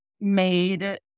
made